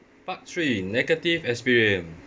part three negative experience